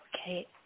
Okay